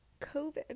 covid